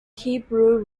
hebrew